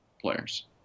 players